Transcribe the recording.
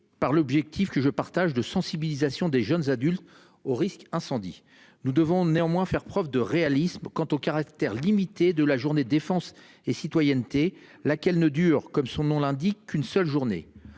par l'objectif que je partage de sensibilisation des jeunes adultes au risque incendie. Nous devons néanmoins faire preuve de réalisme quant au caractère limité de la Journée défense et citoyenneté, laquelle ne dure comme son nom l'indique qu'une seule journée.